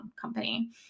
company